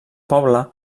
poble